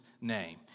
name